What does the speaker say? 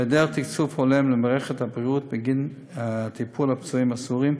בהיעדר תקצוב הולם למערכת הבריאות בגין הטיפול בפצועים הסורים,